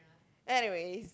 anyways